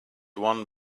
one